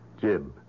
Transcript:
Jim